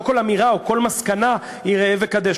לא כל אמירה או כל מסקנה היא "ראה וקדש".